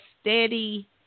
steady